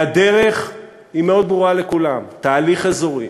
והדרך היא מאוד ברורה לכולם: תהליך אזורי